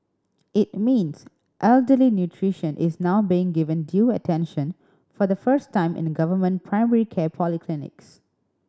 it means elderly nutrition is now being given due attention for the first time in a government primary care polyclinics